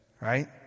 right